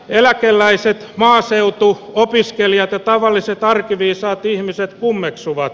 eläkeläiset maaseutu opiskelijat ja tavalliset arkiviisaat ihmiset kummeksuvat